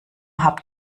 habt